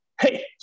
hey